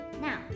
Now